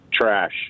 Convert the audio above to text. trash